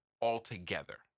altogether